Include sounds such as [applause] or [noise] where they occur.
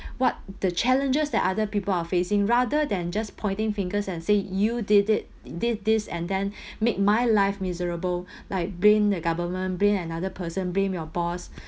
[breath] what the challenges that other people are facing rather than just pointing fingers and say you did it this this and then [breath] make my life miserable [breath] like blame the government blame another person blame your boss [breath]